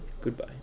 Goodbye